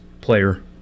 player